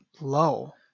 low